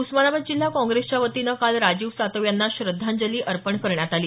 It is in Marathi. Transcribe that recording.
उस्मानाबाद जिल्हा काँग्रेसच्या वतीनं काल राजीव सातव यांना श्रद्धांजली अर्पण करण्यात आली